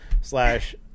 slash